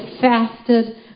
fasted